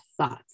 thoughts